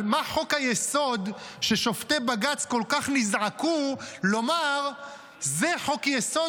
חוק-היסוד ששופטי בג"ץ כל כך נזעקו לומר שזה חוק-יסוד